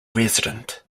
resident